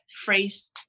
phrase